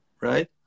Right